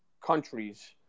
countries